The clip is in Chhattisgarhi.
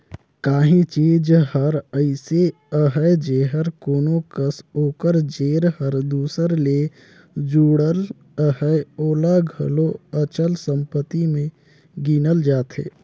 काहीं चीज हर अइसे अहे जेहर कोनो कस ओकर जेर हर दूसर ले जुड़ल अहे ओला घलो अचल संपत्ति में गिनल जाथे